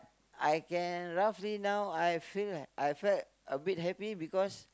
I can roughly now I feel I felt abit heavy because